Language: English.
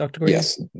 Yes